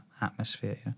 atmosphere